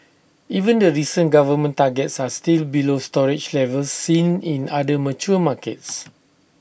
even the recent government targets are still below storage levels seen in other mature markets